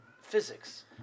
physics